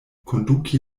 konduki